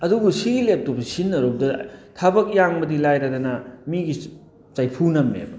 ꯑꯗꯨꯕꯨ ꯁꯤꯒꯤ ꯂꯦꯞꯇꯣꯞꯁꯤ ꯁꯤꯖꯤꯟꯅꯔꯨꯕꯗ ꯊꯕꯛ ꯌꯥꯡꯕꯗꯤ ꯂꯥꯏꯔꯗꯅ ꯃꯤꯒꯤ ꯆꯩꯐꯨ ꯅꯝꯃꯦꯕ